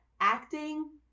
acting